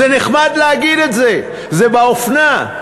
זה נחמד להגיד את זה, זה באופנה.